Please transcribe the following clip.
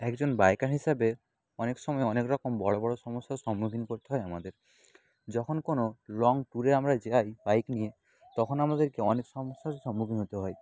একজন বাইকার হিসাবে অনেকসময় অনেকরকম বড় বড় সমস্যার সম্মুখীন করতে হয় আমাদের যখন কোনও লং ট্যুরে আমরা যাই বাইক নিয়ে তখন আমাদেরকে অনেক সমস্যারই সম্মুখীন হতে হয়